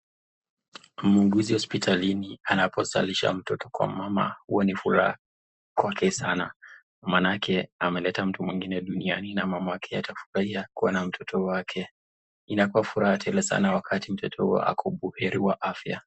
Muuguzi hosiptalini anapozalisha mtoto kwa mama huwa ni furaha kwake sana, maanake ameleta mtu mwingine duniani na mamake atafurahia kuwa na mtoto wake, inakuwa furaha tele sana wakati mtoto huyo ako buheri wa afya.